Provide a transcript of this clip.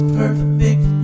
perfect